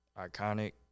iconic